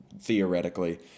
theoretically